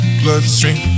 bloodstream